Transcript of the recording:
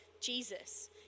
Jesus